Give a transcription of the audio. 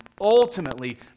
Ultimately